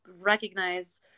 recognize